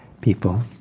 people